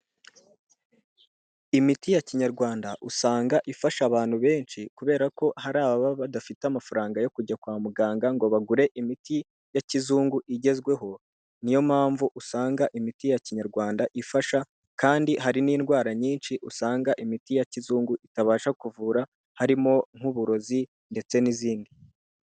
Imiti ya kinyarwanda usanga ifasha abantu benshi kubera ko hari ababa badafite amafaranga yo kujya kwa muganga ngo bagure imiti ya kizungu igezweho, niyo mpamvu usanga imiti ya kinyarwanda ifasha kandi hari n'indwara nyinshi usanga imiti ya kizungu itabasha kuvura harimo nk'uburozi ndetse n'izindi.